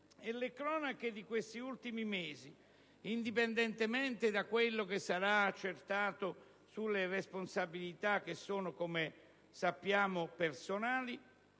Le cronache degli ultimi mesi, indipendentemente da quello che sarà l'accertamento sulle responsabilità che sono - come sappiamo - personali,